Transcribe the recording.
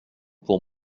pour